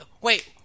wait